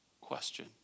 question